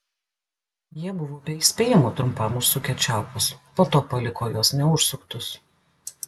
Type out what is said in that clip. jie buvo be įspėjimo trumpam užsukę čiaupus po to paliko juos neužsuktus